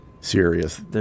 serious